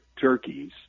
turkeys